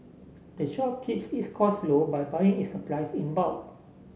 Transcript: the shop keeps its costs low by buying its supplies in bulk